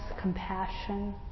compassion